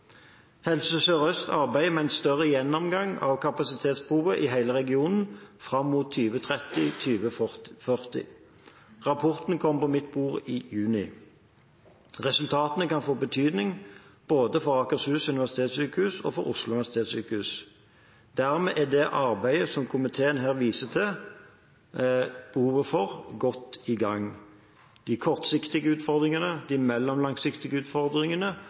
Helse Sør-Øst arbeider med en større gjennomgang av kapasitetsbehovet i hele regionen fram mot 2030–2040. Rapporten kommer på mitt bord i juni. Resultatene kan få betydning både for Akershus universitetssykehus og for Oslo universitetssykehus. Dermed er det arbeidet som komiteen her viser til behovet for, godt i gang – de kortsiktige utfordringene, de mellomlangsiktige utfordringene